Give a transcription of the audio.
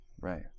Right